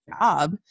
job